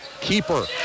Keeper